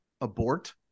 Abort